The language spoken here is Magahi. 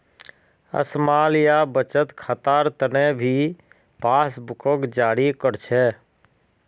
स्माल या बचत खातार तने भी पासबुकक जारी कर छे